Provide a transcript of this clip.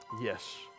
yes